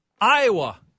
Iowa